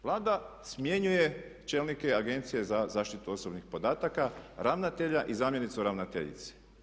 Vlada smjenjuje čelnike Agencije za zaštitu osobnih podataka, ravnatelja i zamjenicu ravnateljice.